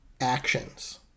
actions